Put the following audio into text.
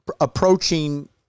approaching